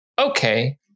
okay